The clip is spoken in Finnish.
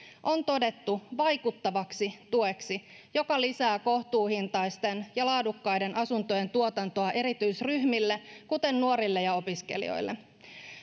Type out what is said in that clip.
on todettu vaikuttavaksi tueksi joka lisää kohtuuhintaisten ja laadukkaiden asuntojen tuotantoa erityisryhmille kuten nuorille ja opiskelijoille